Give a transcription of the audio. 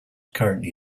currently